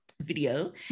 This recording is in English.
video